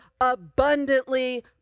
abundantly